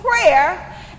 prayer